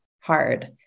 hard